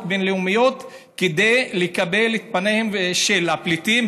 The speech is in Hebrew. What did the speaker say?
בין-לאומיות כדי לקבל את פניהם של הפליטים,